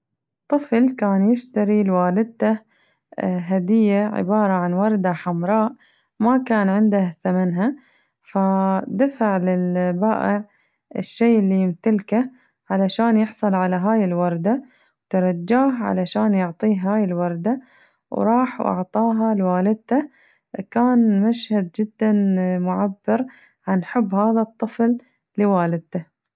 طفل كان يشتري لوالدته هدية عبارة عن وردة حمراء ما كان معه ثمنها فدفع للبائع الشي اللي يمتلكه علشان يحصل على هاي الوردة ترجاه علشان يعطيه هاي الوردة وراح أعطاها لوالدته، كان مشهد جداً معبر عن حب هذا الطفل لوالدته.